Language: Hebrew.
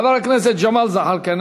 חבר הכנסת ג'מאל זחאלקה,